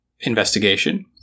investigation